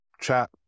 chat